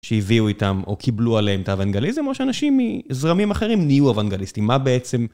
שהביאו איתם או קיבלו עליהם את האבנגליזם, או שאנשים מזרמים אחרים נהיו אבנגליסטים, מה בעצם?